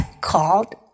called